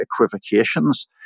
equivocations